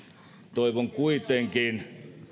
toivon kuitenkin